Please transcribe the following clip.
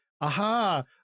Aha